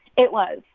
it was.